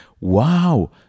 wow